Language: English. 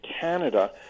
Canada